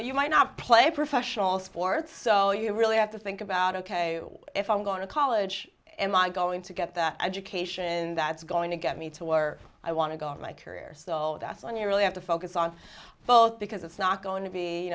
you might not play professional sports so you really have to think about ok if i'm going to college am i going to get that education that's going to get me to were i want to go in my career so that's when you really have to focus on both because it's not going to be